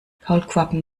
kaulquappen